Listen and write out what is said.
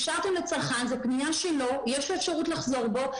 אפשר גם לצרכן, בפניה שלו, יש לו אפשרות לחזור בו.